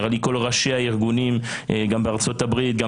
כל ראשי הארגונים גם בארצות הברית וגם